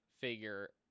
figure